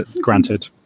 Granted